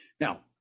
Now